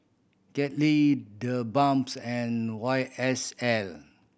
Kettle TheBalms and Y S L